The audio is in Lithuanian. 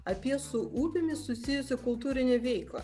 apie su upėmis susijusią kultūrinę veiklą